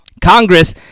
Congress